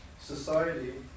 society